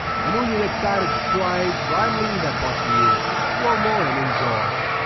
i know you are excited to try it, so i'm leaving that part to you, explore more and enjoy.